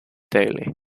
daily